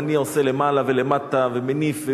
ואני עושה למעלה ולמטה ומניף,